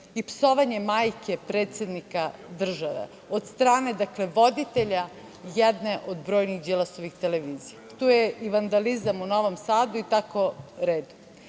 i psovanje majke predsednika države od strane, dakle, voditelja jedne od brojnih Đilasovih televizija. Tu je i vandalizam u Novom Sadu i tako